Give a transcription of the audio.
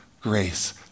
grace